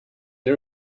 the